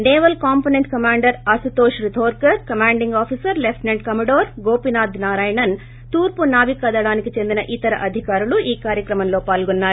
సేవల్ కాంపొసెంట్ commander Ashutosh Rithorkar commanding officer lieutenant commodore Gopinath Narayanan తూర్పు నావికాళానికి చెందిన ఇతర అధికారులు ఈ కార్చక్రమంలో పాల్గొన్నారు